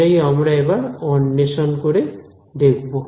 সেটাই আমরা এবার অন্বেষণ করে দেখব